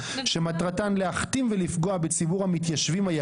שמטרתן להחתים ולפגוע בציבור המתיישבים היקר.